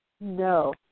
No